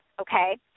Okay